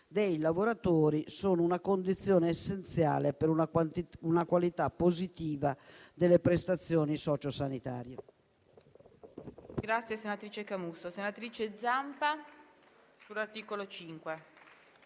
dei lavoratori sono una condizione essenziale per una qualità positiva delle prestazioni socio sanitarie.